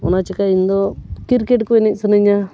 ᱚᱱᱟ ᱪᱤᱠᱟᱹ ᱤᱧᱫᱚ ᱠᱤᱨᱠᱮᱴ ᱠᱚ ᱮᱱᱮᱡ ᱥᱟᱹᱱᱟᱹᱧᱟ